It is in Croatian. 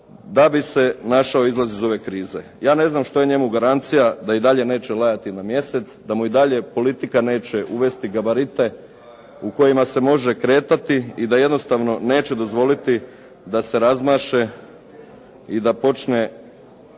da bi se našao izlaz iz ove krize. Ja ne znam što je njemu garancija da i dalje neće lajati na mjesec, da mu i dalje politika neće uvesti gabarite u kojima se može kretati i da jednostavno neće dozvoliti da se razmaše i da počne